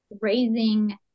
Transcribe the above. raising